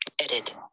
Edit